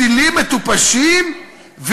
לכסילים מטופשים,